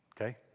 Okay